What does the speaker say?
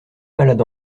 malade